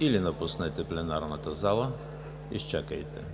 или напуснете пленарната зала. ДИМИТЪР ДАНЧЕВ: